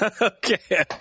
Okay